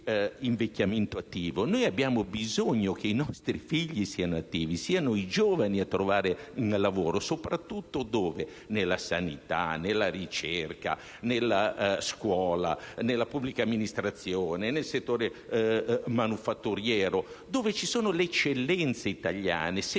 noi abbiamo bisogno che i nostri figli siano attivi, che siano i giovani a trovare lavoro, soprattutto nella sanità, nella ricerca, nella scuola, nella pubblica amministrazione, nel settore manifatturiero, dove ci sono le eccellenze italiane. Se